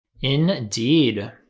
Indeed